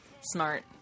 smart